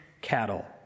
cattle